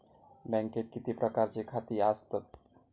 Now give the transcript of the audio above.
बँकेत किती प्रकारची खाती आसतात?